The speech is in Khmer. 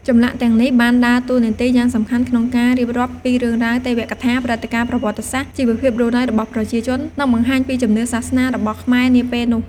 ចម្លាក់ទាំងនេះបានដើរតួនាទីយ៉ាងសំខាន់ក្នុងការរៀបរាប់ពីរឿងរ៉ាវទេវកថា ព្រឹត្តិការណ៍ប្រវត្តិសាស្ត្រ ជីវភាពរស់នៅរបស់ប្រជាជន និងបង្ហាញពីជំនឿសាសនារបស់ខ្មែរនាពេលនោះ។